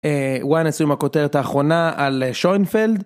וואן עשו את הכותרת האחרונה על שוינפלד.